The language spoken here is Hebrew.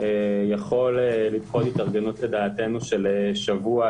יכול לדעתנו לדחות התארגנות של שבוע.